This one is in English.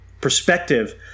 perspective